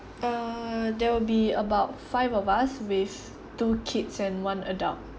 uh there will be about five of us with two kids and one adult